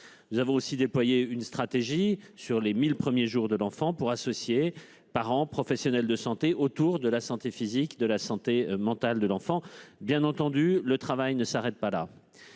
Nous avons aussi déployé une stratégie sur les 1 000 premiers jours pour créer un lien entre parents et professionnels de santé autour de la santé physique et mentale de l'enfant. Bien entendu, le travail ne s'arrête pas là.